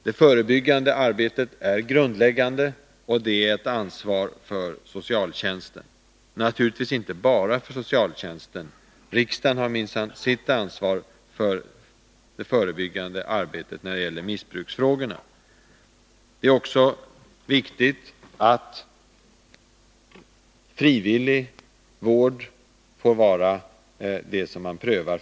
Det förebyggande arbetet är grundläggande, och det är ett ansvar för socialtjänsten. Men naturligtvis är det inte bara ett ansvar för socialtjänsten. Riksdagen har minsann sitt ansvar för det förebyggande arbetet när det gäller missbruksfrågorna. Det är också viktigt att frivillig vård är det man främst prövar.